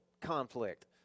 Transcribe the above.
conflict